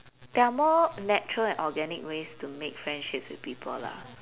there are more natural and organic ways to make friendships with people lah